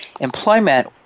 employment